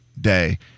Day